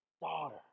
daughter